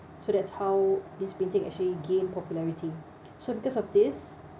so that's how this painting actually gained popularity so because of this